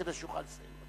כדי שהוא יוכל לסיים.